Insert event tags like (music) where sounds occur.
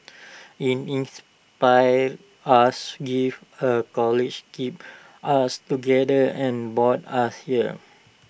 in inspired us give her (unintelligible) kept us together and bought us here